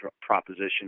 proposition